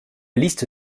liste